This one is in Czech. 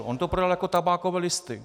On to prodal jako tabákové listy.